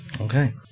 Okay